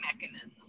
mechanism